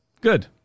Good